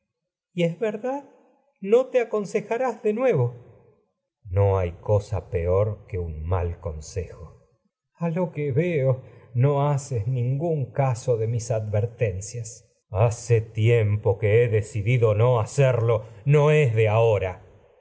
y es crisótemis verdad no te aconsejarás de nuevo electra no hay cosa peor que un mal consejo crisótemis a lo que veo haces mis ningún caso de advertencias electra hace tiempo que he decidido hacerlo no es de ahora